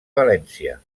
valència